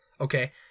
okay